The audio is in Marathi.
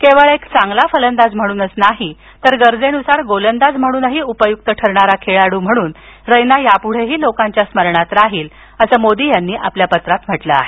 केवळ एक चांगला फलंदाज म्हणूनच नाही तर गरजेनुसार गोलंदाज म्हणूनही उपयुक्त ठरणारा खेळाडू म्हणून रैना यापुढंही लोकांच्या लक्षात राहील असं मोदी यांनी पत्रात म्हटल आहे